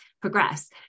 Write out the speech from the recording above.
progress